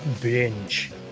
Binge